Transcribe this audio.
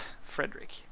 Frederick